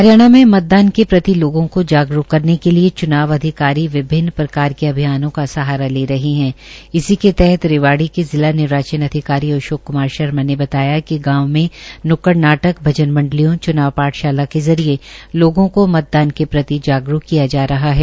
हरियाणा में मतदान के प्रति लोगों को जागरूक करने के लिये चूनाव अधिकारी विभन्न प्रकार के अभियानों का सहारा ले रहे है इसी के तहत रेवाड़ी के जिला निर्वाचन अधिकारी अशोक कुमार शर्मा ने बताया कि गांव में न्क्कड़ नाट क भजन मंडलियों च्नाव पाठशाला के जरिये लोगों को मतदान के प्रति जागरूक किया जा रहा है